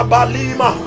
Balima